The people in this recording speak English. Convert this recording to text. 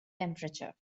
temperature